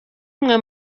bimwe